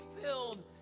filled